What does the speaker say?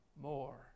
more